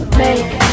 make